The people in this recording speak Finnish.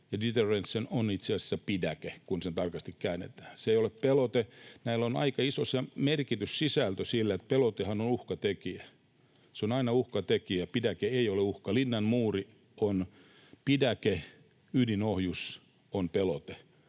”deterrence” on itse asiassa ’pidäke’, kun se tarkasti käännetään. Se ei ole ’pelote’. Näillä on aika iso merkityssisältö, koska pelotehan on uhkatekijä. Se on aina uhkatekijä, ja pidäke ei ole uhka. Linnan muuri on pidäke, ydinohjus on pelote,